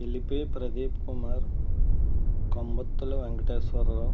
Elipe Pradeep Kumar Kommattula Venkateswara Rao